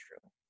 true